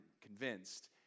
convinced